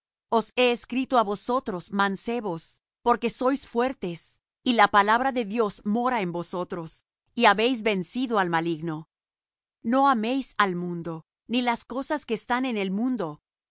os he escrito á vosotros mancebos porque sois fuertes y la palabra de dios mora en vosotros y habéis vencido al maligno no améis al mundo ni las cosas que están en el mundo